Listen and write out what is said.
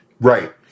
Right